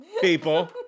people